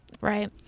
Right